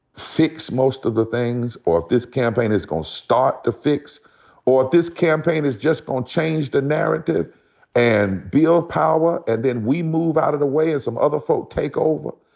fix most of the things or if this campaign is gonna start to fix or if this campaign is just gonna change the narrative and build power and then we move out of the way and some other folk take over.